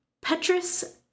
Petrus